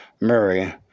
Murray